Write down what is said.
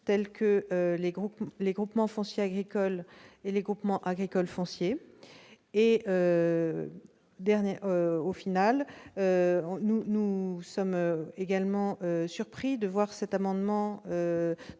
telles que les groupements fonciers agricoles et les groupements agricoles fonciers. Enfin, nous sommes surpris que cet amendement